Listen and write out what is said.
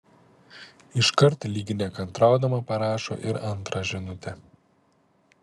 iškart lyg nekantraudama parašo ir antrą žinutę